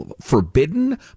forbidden